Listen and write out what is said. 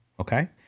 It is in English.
okay